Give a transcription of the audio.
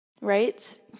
Right